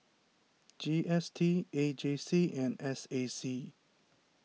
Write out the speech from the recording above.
G S T A J C and S A C